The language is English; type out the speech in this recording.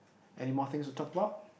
anymore things to talk about